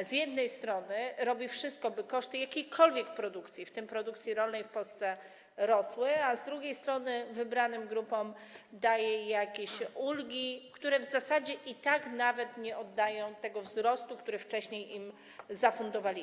z jednej strony robi wszystko, by koszty jakiekolwiek produkcji, w tym produkcji rolnej, w Polsce rosły, a z drugiej strony wybranym grupom daje jakieś ulgi, które w zasadzie i tak nawet nie oddają, nie pokrywają tego wzrostu, który wcześniej im zafundował.